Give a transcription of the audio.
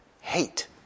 Hate